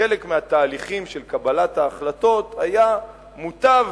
שחלק מהתהליכים של קבלת ההחלטות, היה מוטב